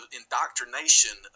indoctrination